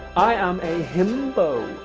i am a himbo.